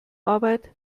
arbeit